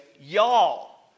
y'all